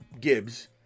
Gibbs